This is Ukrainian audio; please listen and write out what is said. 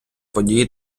події